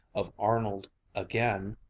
of arnold again,